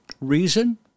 reason